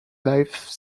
life